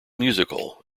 musical